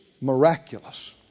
miraculous